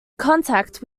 contact